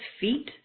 feet